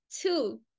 Two